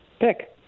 pick